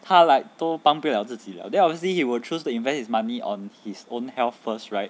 他 like 都帮不了自己 liao then obviously he will choose to invest his money on his own health first right